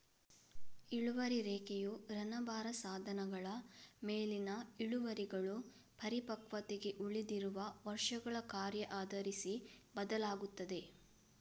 ಇಳುವರಿ ರೇಖೆಯು ಋಣಭಾರ ಸಾಧನಗಳ ಮೇಲಿನ ಇಳುವರಿಗಳು ಪರಿಪಕ್ವತೆಗೆ ಉಳಿದಿರುವ ವರ್ಷಗಳ ಕಾರ್ಯ ಆಧರಿಸಿ ಬದಲಾಗುತ್ತದೆ